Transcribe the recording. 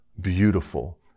beautiful